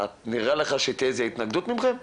נראה לך שתהיה איזה התנגדות ממכם?